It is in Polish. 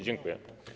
Dziękuję.